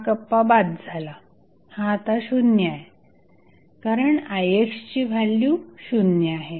हा कप्पा बाद झाला हा आता शून्य आहे कारण ix ची व्हॅल्यू शून्य आहे